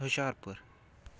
Hoshiarpur